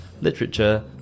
literature